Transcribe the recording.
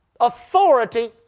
authority